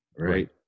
right